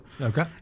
Okay